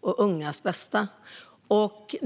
och ungas bästa.